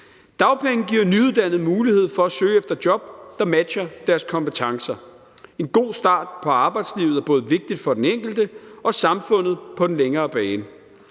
Dagpenge giver nyuddannede mulighed for at søge efter job, der matcher deres kompetencer. En god start på arbejdslivet er både vigtigt for den enkelte og for samfundet på den længere bane.